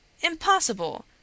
Impossible